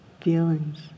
feelings